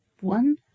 One